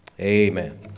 amen